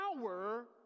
power